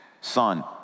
son